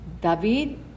David